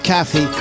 Kathy